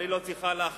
אבל היא לא צריכה להכתיב